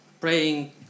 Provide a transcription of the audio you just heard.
praying